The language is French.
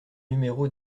numéro